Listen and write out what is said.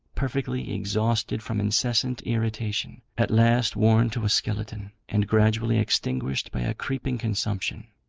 perfectly exhausted from incessant irritation, at last worn to a skeleton, and gradually extinguished by a creeping consumption.